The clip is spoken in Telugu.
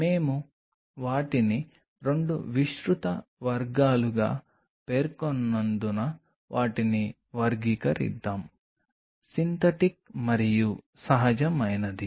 మేము వాటిని 2 విస్తృత వర్గాలుగా పేర్కొన్నందున వాటిని వర్గీకరిద్దాం సింథటిక్ మరియు సహజమైనది